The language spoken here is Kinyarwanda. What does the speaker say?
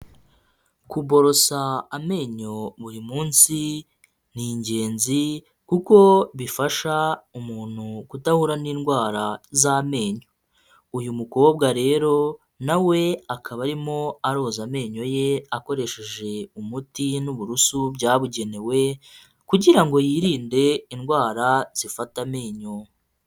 Kuborosa amenyo buri munsi ni ingenzi kuko bifasha umuntu kudahura n'indwara z'amenyo, uyu mukobwa rero nawe akaba arimo aroza amenyo ye akoresheje umuti n'uburoso byabugenewe kugira ngo yirinde indwara zifata amenyo.